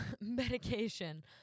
medication